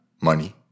money